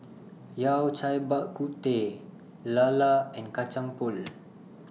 Yao Cai Bak Kut Teh Lala and Kacang Pool